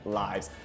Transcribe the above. lives